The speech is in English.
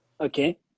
okay